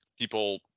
people